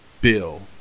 bill